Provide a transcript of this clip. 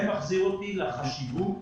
זה מחזיר אותי לחשיבות